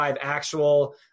actual